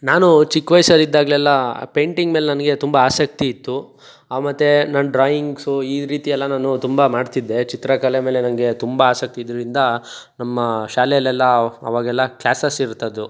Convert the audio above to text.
ನಾನು ಚಿಕ್ಕ ವಯ್ಸಲ್ಲಿ ಇದ್ದಾಗಲೆಲ್ಲಾ ಪೈಂಟಿಂಗ್ ಮೇಲೆ ನನಗೆ ತುಂಬ ಆಸಕ್ತಿ ಇತ್ತು ಮತ್ತು ನನ್ನ ಡ್ರಾಯಿಂಗ್ಸು ಈ ರೀತಿ ಎಲ್ಲ ನಾನು ತುಂಬ ಮಾಡ್ತಿದ್ದೆ ಚಿತ್ರಕಲೆ ಮೇಲೆ ನಂಗೆ ತುಂಬ ಆಸಕ್ತಿ ಇದ್ರಿಂದ ನಮ್ಮ ಶಾಲೆಯಲ್ಲೆಲ್ಲ ಅವಾಗೆಲ್ಲ ಕ್ಲಾಸಸ್ ಇರ್ತದು